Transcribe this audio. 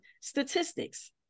statistics